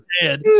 dead